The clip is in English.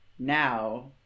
now